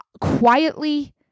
quietly